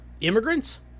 immigrants